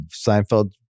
Seinfeld